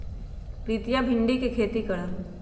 प्रीतिया भिंडी के खेती करा हई